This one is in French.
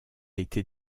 été